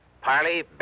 Parley